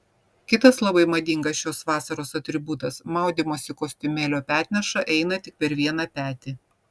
kitas labai madingas šios vasaros atributas maudymosi kostiumėlio petneša eina tik per vieną petį